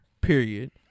period